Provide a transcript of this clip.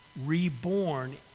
reborn